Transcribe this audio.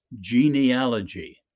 genealogy